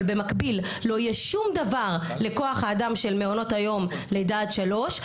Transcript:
אבל במקביל לא יהיה שום דבר לכוח האדם של מעונות היום לידה עד שלוש,